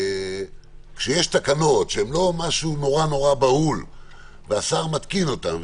כשיש תקנות שהן לא דבר מאוד בהול והשר מתקין אותן,